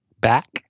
back